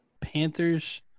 Panthers